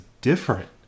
different